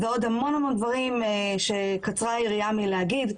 ועוד המון דברים שקצרה היריעה מלהגיד.